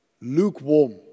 Lukewarm